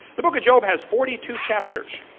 the book of job has forty two chapters.